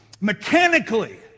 mechanically